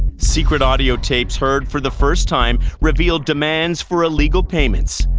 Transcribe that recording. secret audiotapes heard for the first time revealed demands for illegal payments.